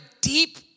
deep